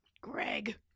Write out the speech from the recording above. Greg